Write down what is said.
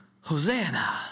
Hosanna